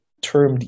termed